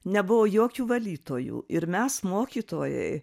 nebuvo jokių valytojų ir mes mokytojai